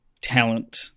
talent